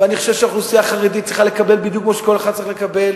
ואני חושב שהאוכלוסייה החרדית צריכה לקבל בדיוק כמו שכל אחד צריך לקבל,